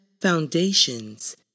foundations